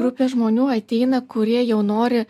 grupė žmonių ateina kurie jau nori